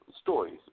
stories